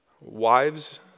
Wives